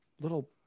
little